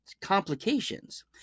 complications